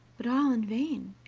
but all in vain,